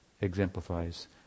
exemplifies